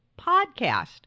podcast